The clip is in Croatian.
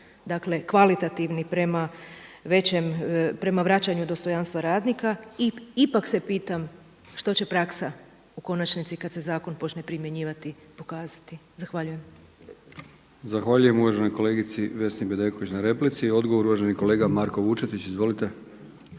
dakle kvalitativni prema vraćanju dostojanstva radnika. I ipak se pitam što će praksa u konačnici kada se zakon počne primjenjivati pokazati? Zahvaljujem. **Brkić, Milijan (HDZ)** Zahvaljujem uvaženoj kolegici Vesni Bedeković na replici. Odgovor uvaženi kolega Marko Vučetić. Izvolite.